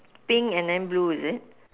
pink and then blue is it